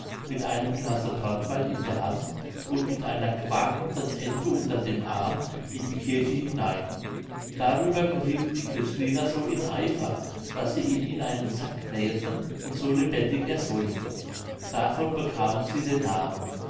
mit einem glase branntewein in der hand und mit einer quakenden ente unter dem arm in die kirche hinein darüber geriethen die cösliner so in eifer daß sie ihn in einen sack näheten und so lebendig ersäuften davon bekamen sie den namen